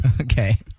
Okay